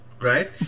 right